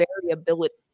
variability